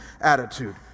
attitude